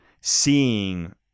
seeing